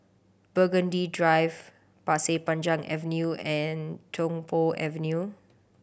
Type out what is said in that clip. Burgundy Drive Pasir Panjang Avenue and Tung Po Avenue